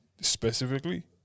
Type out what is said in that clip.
specifically